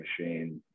machine